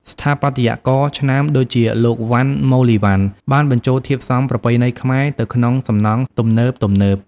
ស្ថាបត្យករឆ្នើមដូចជាលោក វណ្ណ ម៉ូលីវណ្ណ បានបញ្ចូលធាតុផ្សំប្រពៃណីខ្មែរទៅក្នុងសំណង់ទំនើបៗ។